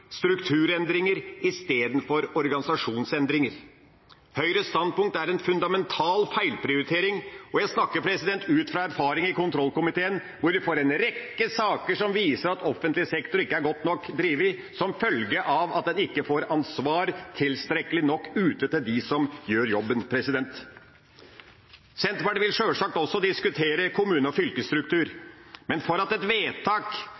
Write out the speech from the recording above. strukturendringer, i stedet for organisasjonsendringer. Høyres standpunkt er en fundamental feilprioritering. Jeg snakker ut fra erfaring i kontrollkomiteen, der vi får en rekke saker som viser at offentlig sektor ikke er godt nok drevet som følge av at en ikke får ansvar tilstrekkelig ut til dem som gjør jobben. Senterpartiet vil sjølsagt også diskutere kommune- og fylkesstruktur. Men for at et vedtak